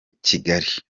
kigali